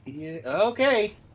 Okay